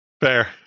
Fair